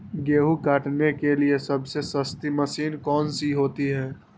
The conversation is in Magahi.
गेंहू काटने के लिए सबसे सस्ती मशीन कौन सी होती है?